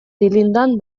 dilindan